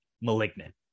malignant